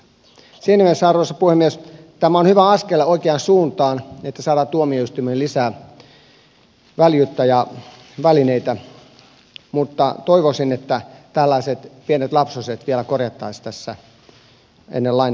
siinä mielessä arvoisa puhemies tämä on hyvä askel oikeaan suuntaan että saadaan tuomioistuimiin lisää väljyyttä ja välineitä mutta toivoisin että tällaiset pienet lapsukset vielä korjattaisiin tässä ennen lain voimaantuloa